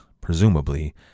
presumably